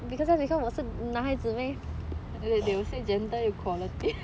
after that they will say